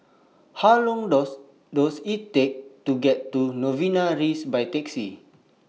How Long Does Does IT Take to get to Novena Rise By Taxi